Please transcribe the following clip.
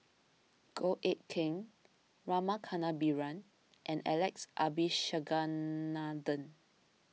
Goh Eck Kheng Rama Kannabiran and Alex Abisheganaden